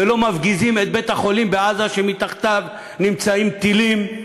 ולא מפגיזים את בית-החולים בעזה שמתחתיו נמצאים טילים,